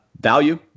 Value